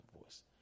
voice